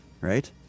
Right